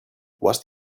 was